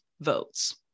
votes